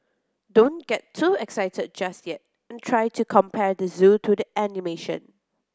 don't get too excited just yet and try to compare the zoo to the animation